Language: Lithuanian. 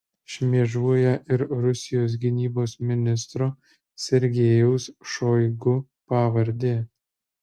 šmėžuoja ir rusijos gynybos ministro sergejaus šoigu pavardė